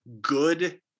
good